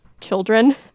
children